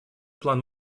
план